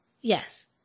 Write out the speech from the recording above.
yes